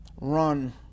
run